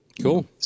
Cool